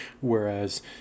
whereas